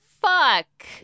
fuck